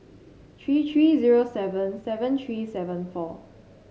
three three zero seven seven three seven four